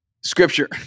scripture